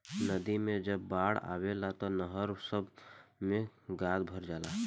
नदी मे जब बाढ़ आवेला तब नहर सभ मे गाद भर जाला